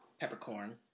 peppercorn